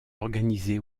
organisé